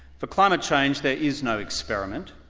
for climate change, there is no experiment,